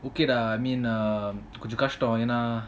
okay lah I mean err கொஞ்சம் கஷ்டம் என்ன:konjam kastam enna